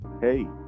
hey